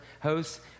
Hosts